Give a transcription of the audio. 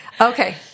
Okay